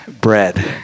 bread